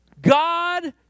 God